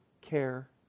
care